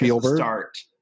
start